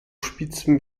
spitzem